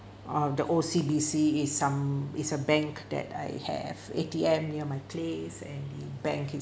uh the O_C_B_C is some is a bank that I have A_T_M near my place and the bank